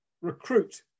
recruit